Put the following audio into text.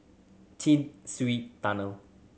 Chin Swee Tunnel